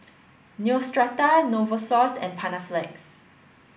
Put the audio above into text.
Neostrata Novosource and Panaflex